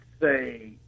say